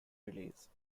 release